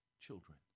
children